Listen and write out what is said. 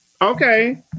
Okay